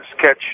catch